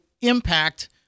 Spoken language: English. impact